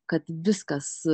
kad viskas